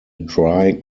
dry